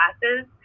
classes